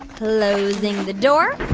closing the door,